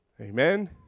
Amen